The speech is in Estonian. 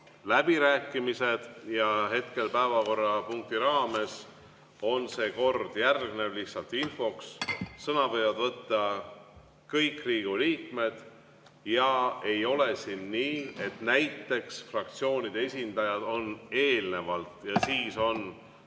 läbirääkimised. Hetkel päevakorrapunkti raames on see kord järgnev – lihtsalt infoks. Sõna võivad võtta kõik Riigikogu liikmed ja ei ole siin nii, et näiteks fraktsioonide esindajad on kõigepealt ja siis on